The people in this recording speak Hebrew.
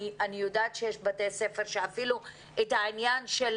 אני יודעת שישנם בתי ספר שנתקלים בבעיה של